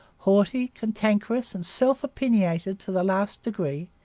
haughty, cantankerous, and self-opinionated to the last degree,